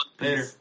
Later